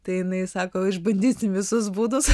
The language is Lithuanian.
tai jinai sako išbandysim visus būdus